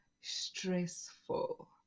stressful